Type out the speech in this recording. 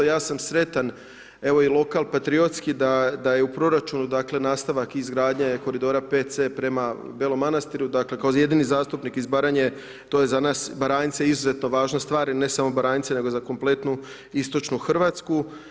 Ja sam sretan evo i lokalpatriotski da je u proračunu dakle nastavak izgradnje koridora 5C prema Belom Manastiru dakle kao jedini zastupnik iz Baranje to je za nas Baranjce izuzetno važna stvar i ne samo Baranjce, nego za kompletnu istočnu Hrvatsku.